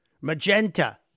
magenta